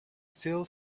still